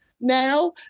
now